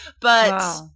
but-